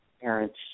parents